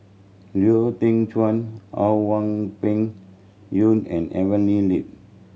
Lau Teng Chuan How Wang Peng Yuan and Evelyn Lip